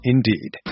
Indeed